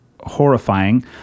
horrifying